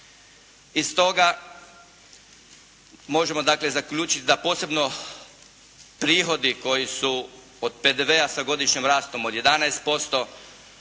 Iz toga možemo dakle zaključit da posebno prihodi koji su od PDV-a sa godišnjim rastom od 11%,